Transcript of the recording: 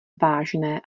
vážné